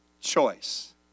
choice